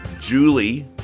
Julie